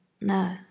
No